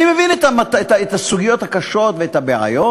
אני מבין את הסוגיות הקשות ואת הבעיות,